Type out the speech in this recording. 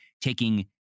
taking